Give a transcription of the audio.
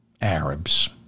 Arabs